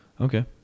Okay